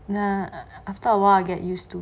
and after a while I get used to